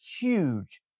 huge